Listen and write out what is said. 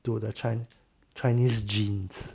to the chi~ chinese genes